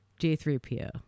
J3PO